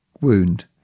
wound